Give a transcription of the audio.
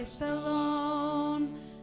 alone